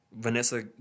Vanessa